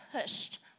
pushed